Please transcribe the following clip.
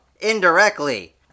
Indirectly